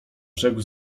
rzekł